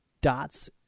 dots